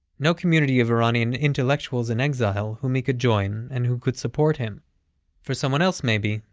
no community of iranian intellectuals in exile whom he could join and who could support him for someone else, maybe,